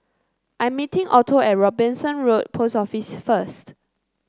I'm meeting Otto at Robinson Road Post Office first